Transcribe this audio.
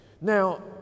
Now